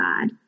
God